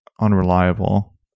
unreliable